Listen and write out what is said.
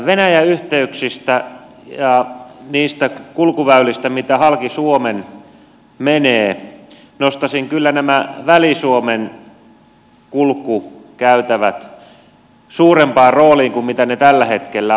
venäjä yhteyksistä ja niistä kulkuväylistä mitä halki suomen menee nostaisin kyllä nämä väli suomen kulkukäytävät suurempaan roolin kuin missä ne tällä hetkellä ovat